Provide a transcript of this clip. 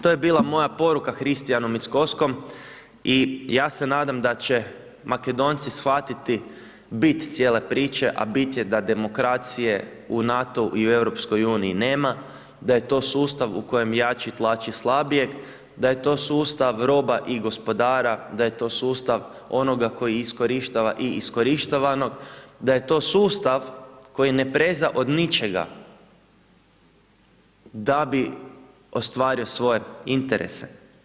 To je bila moja poruka Hristijanu Mickovskom i ja se nadam da će Makedonci shvatiti cijele priče, a bit je da demokracije u NATO i u EU nema, da je to sustav, u kojem jači tlači slabijeg, da je to sustav roba i gospodara, da je to sustav onoga koji iskorištava i iskorištavano, da je to sustav koji ne preže od ničega da bi ostvario svoje interese.